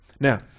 now